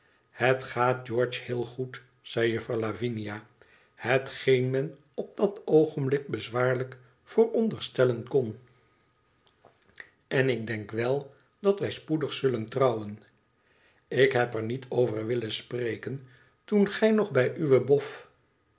het gaat george heel goed zei juffer lavinia hetgeen men op dat oogenblik bezwaarlijk vooronderstellen kon en ik denk wel dat wij spoedig zullen trouwen ik heb er niet over willen spreken toen gij nog bij uwe bof